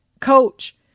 coach